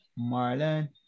Marlon